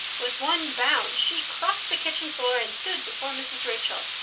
with one bound she crossed the kitchen floor and stood before mrs. rachel,